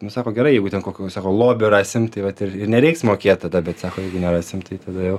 nu sako gerai jeigu ten kokių savo lobių rasim tai vat ir ir nereiks mokėt tada bet sako jeigu nerasim tai tada jau